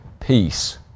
Peace